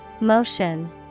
Motion